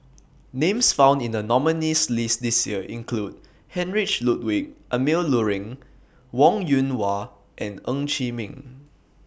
Names found in The nominees' list This Year include Heinrich Ludwig Emil Luering Wong Yoon Wah and Ng Chee Meng